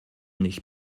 nicht